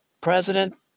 President